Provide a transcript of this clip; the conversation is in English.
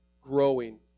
growing